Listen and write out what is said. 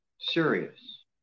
serious